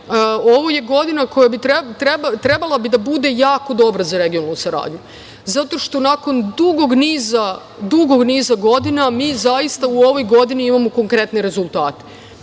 ovo je godina koja bi trebala da bude jako dobra za regionalnu saradnju zato što nakon dugog niza godina mi zaista u ovoj godini imamo konkretne rezultate.